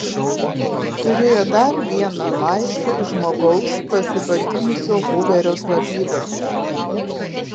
turėjo dar vieną laišką iš žmogaus pasivadinusio huverio slapyvardžiu